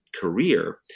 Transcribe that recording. career